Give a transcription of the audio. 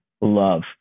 love